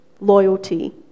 Loyalty